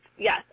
Yes